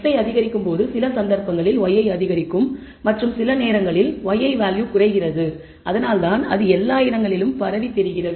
xi அதிகரிக்கும் போது சில சந்தர்ப்பங்களில் yi அதிகரிக்கும் மற்றும் சில நேரங்களில் yi வேல்யூ குறைகிறது அதனால்தான் அது எல்லா இடங்களிலும் பரவுகிறது